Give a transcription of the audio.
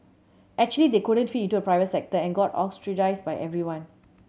actually they couldn't fit into the private sector and got ostracised by everyone